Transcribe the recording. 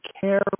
care